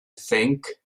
think